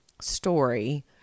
story